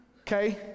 Okay